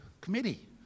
committee